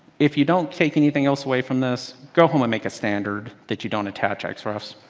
if you don't take anything else away from this, go home and make a standard that you don't attach x roughs.